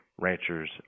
ranchers